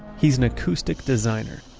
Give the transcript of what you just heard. he's an acoustic designer